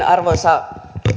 arvoisa